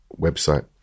website